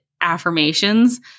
affirmations